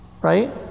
right